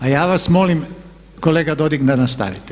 A ja vas molim kolega Dodig da nastavite.